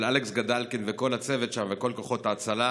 של אלכס גדלקין וכל הצוות שם וכל כוחות ההצלה,